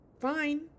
Fine